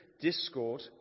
discord